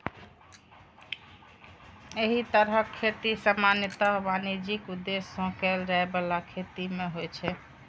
एहि तरहक खेती सामान्यतः वाणिज्यिक उद्देश्य सं कैल जाइ बला खेती मे होइ छै